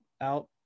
out